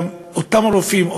גם לאותם הרופאים,